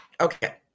Okay